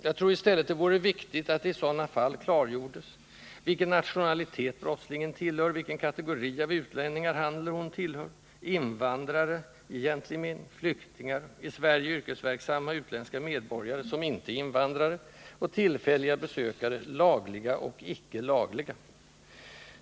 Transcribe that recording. Jag tror i stället att det vore viktigt att det i sådana fall klargjordes vilken nationalitet brottslingen tillhör och vilken kategori av utlänningar han eller hon tillhör: invandrare i egentlig mening, ”"invandrare” eller tillfälliga besökare — lagliga och icke lagliga.